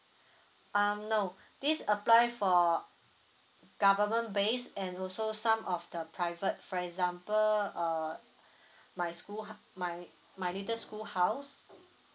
um no this apply for government base and also some of the private for example uh my school my my little school house